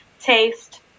taste